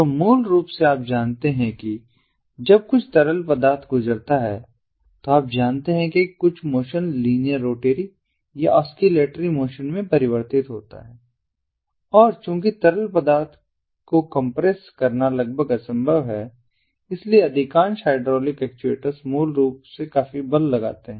तो मूल रूप से आप जानते हैं कि जब कुछ तरल पदार्थ गुजरता है तो आप जानते हैं कि कुछ मोशन लीनियर रोटरी या ऑस्किलेटरी मोशन में परिवर्तित हो जाता है और चूंकि तरल पदार्थ कंप्रेस करना लगभग असंभव है इसलिए अधिकांश हाइड्रोलिक एक्चुएटर्स मूल रूप से काफी बल लगाते हैं